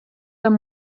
amb